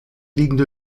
liegende